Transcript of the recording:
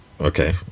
Okay